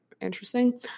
interesting